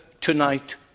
tonight